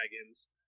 dragons